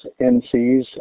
NCs